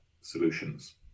solutions